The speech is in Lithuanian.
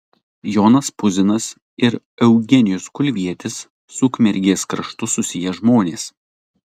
jonas puzinas ir eugenijus kulvietis su ukmergės kraštu susiję žmonės